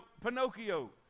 Pinocchio